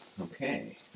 okay